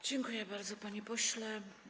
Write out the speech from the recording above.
Dziękuję bardzo, panie pośle.